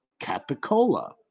Capicola